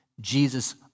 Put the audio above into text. Jesus